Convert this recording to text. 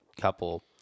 couple